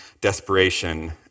desperation